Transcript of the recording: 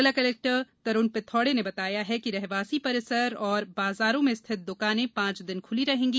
जिला कलेक्टर तरुण पिथौड़े ने बताया कि रहवासी परिसर और बाजारों में रिथत दुकानें पांच दिन खुली रहेंगी